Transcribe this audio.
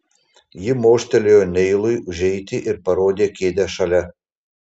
ji mostelėjo neilui užeiti ir parodė kėdę šalia